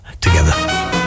together